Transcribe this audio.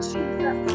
Jesus